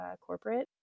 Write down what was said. corporate